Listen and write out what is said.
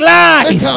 life